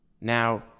Now